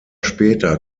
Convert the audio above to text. später